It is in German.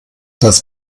das